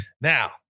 Now